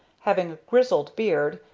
having a grizzled beard,